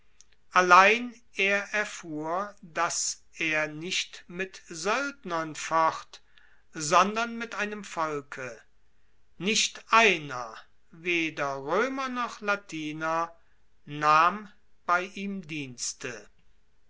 allein er erfuhr dass er nicht mit soeldnern focht sondern mit einem volke nicht einer weder roemer noch latiner nahm bei ihm dienste